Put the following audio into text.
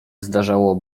zdarzało